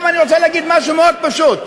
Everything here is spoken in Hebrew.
עכשיו, אני רוצה להגיד משהו מאוד פשוט: